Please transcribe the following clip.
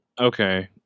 okay